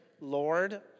Lord